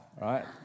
right